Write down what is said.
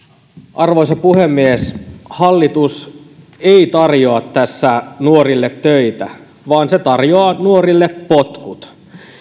arvoisa puhemies hallitus ei tarjoa tässä nuorille töitä vaan se tarjoaa nuorille potkut